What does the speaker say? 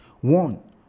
One